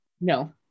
No